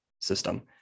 system